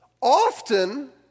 often